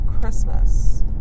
Christmas